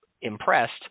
impressed